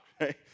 right